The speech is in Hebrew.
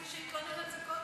מי התלונן על זה קודם?